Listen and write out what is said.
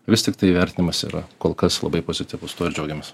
vis tiktai vertinimas yra kol kas labai pozityvus tuo džiaugiamės